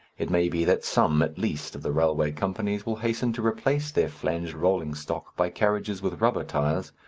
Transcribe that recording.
it may be that some at least of the railway companies will hasten to replace their flanged rolling stock by carriages with rubber tyres,